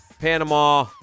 Panama